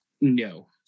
no